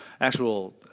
actual